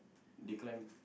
they climb